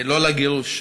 לא לגירוש.